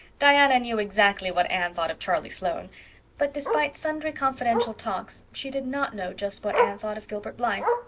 diana knew exactly what anne thought of charlie sloane but, despite sundry confidential talks, she did not know just what anne thought of gilbert blythe.